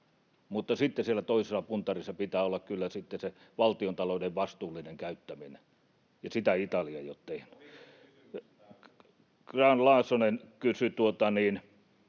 mutta sitten siellä toisessa puntarissa pitää olla kyllä se valtiontalouden vastuullinen käyttäminen, ja sitä Italia ei ole tehnyt. [Sebastian Tynkkynen: